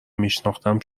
میشناختم